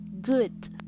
good